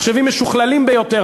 מחשבים משוכללים ביותר,